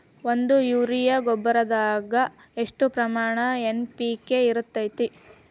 ಒಂದು ಯೂರಿಯಾ ಗೊಬ್ಬರದಾಗ್ ಎಷ್ಟ ಪ್ರಮಾಣ ಎನ್.ಪಿ.ಕೆ ಇರತೇತಿ?